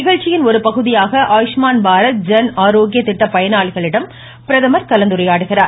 நிகழ்ச்சியின் ஒருபகுதியாக ஆயுஷ்மான் பாரத் ஜன் ஆரோக்யா திட்ட பயனாளிகளிடம் பிரதம் கலந்துரையாடுகிறார்